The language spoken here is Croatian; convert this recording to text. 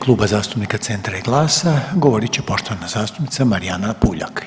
Kluba zastupnika Centra i GLAS-a govorit će poštovana zastupnica Marijana Puljak.